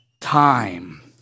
time